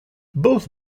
both